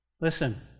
Listen